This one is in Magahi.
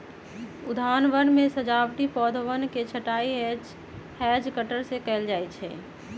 उद्यानवन में सजावटी पौधवन के छँटाई हैज कटर से कइल जाहई